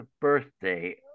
birthday